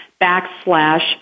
backslash